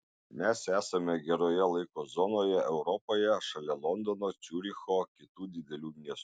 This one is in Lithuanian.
mes esame geroje laiko zonoje europoje šalia londono ciuricho kitų didelių miestų